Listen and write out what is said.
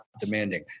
demanding